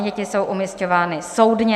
Děti jsou umisťovány soudně.